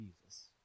Jesus